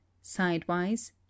sidewise